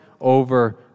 over